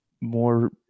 more